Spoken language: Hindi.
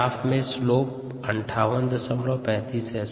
ग्राफ में स्लोप 5835 है